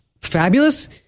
fabulous